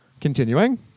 Continuing